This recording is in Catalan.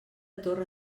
torre